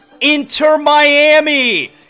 Inter-Miami